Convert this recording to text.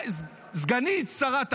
סגנית שרת החוץ,